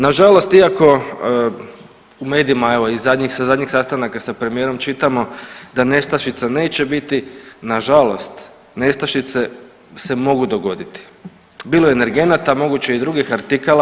Nažalost iako u medijima evo i sa zadnjih sastanaka sa premijerom čitamo da nestašica neće biti, nažalost nestašice se mogu dogoditi, bilo energenata, a moguće i drugih artikala.